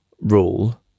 rule